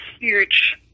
huge